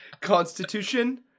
Constitution